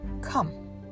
come